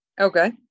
Okay